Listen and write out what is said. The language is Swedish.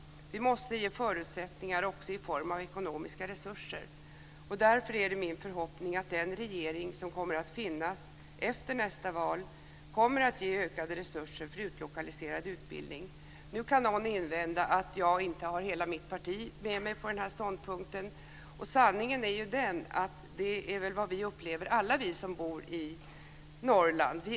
Vi måste ge förutsättningar också i form av ekonomiska resurser. Därmed är det min förhoppning att den regering som kommer att finnas efter nästa val kommer att ge ökade resurser för utlokaliserad utbildning. Nu kan någon invända att jag inte har hela mitt parti med mig på den här ståndpunkten. Sanningen är den att det är vad alla vi som bor i Norrland upplever.